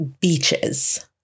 beaches